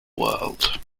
world